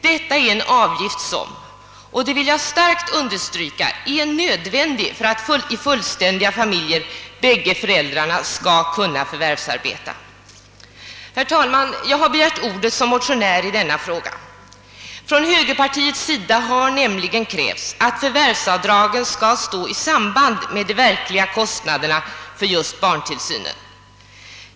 Det är en avgift som — det vill jag starkt understryka — är nödvändig för att i fullständiga familjer bägge föräldrarna skall kunna förvärvsarbeta. Herr talman! Jag har begärt ordet som motionär i denna fråga. Från högerpartiets sida har nämligen krävts att förvärvsavdragen skall bringas i samband med de verkliga kostnaderna för just barntillsynen.